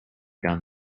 done